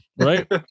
Right